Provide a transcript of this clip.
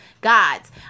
God's